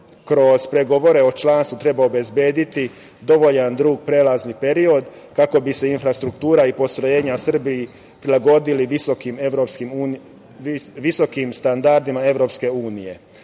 kroz pregovore u članstvu treba obezbediti dovoljno dug prelazni period kako bi se infrastruktura i postrojenja u Srbiji prilagodili visokim standardima